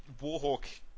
Warhawk